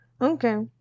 Okay